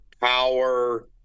power